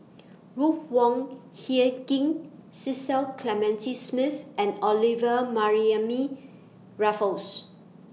Ruth Wong Hie King Cecil Clementi Smith and Olivia Mariamne Raffles